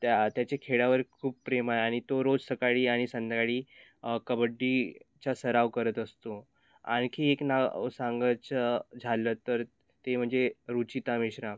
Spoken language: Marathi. त्या त्याचे खेळावर खूप प्रेम आहे आणि तो रोज सकाळी आणि संध्याकाळी कबड्डीचा सराव करत असतो आणखी एक नाव सांगायचं झालं तर ते म्हणजे रुचिता मेश्राम